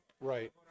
right